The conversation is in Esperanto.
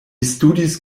studis